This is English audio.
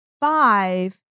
five